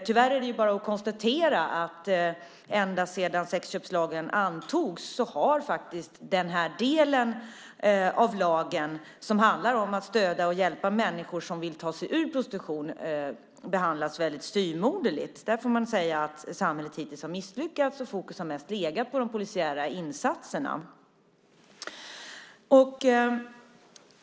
Tyvärr är det bara att konstatera att ända sedan sexköpslagen antogs har den del av lagen som handlar om att stödja och hjälpa människor som vill ta sig ur prostitution behandlats väldigt styvmoderligt. Där får man säga att samhället hittills har misslyckats. Fokus har mest legat på de polisiära insatserna.